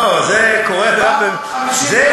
לא, זה קורה גם בבני-ברק.